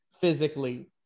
physically